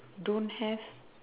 don't have